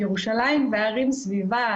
ירושלים וההרים סביבה,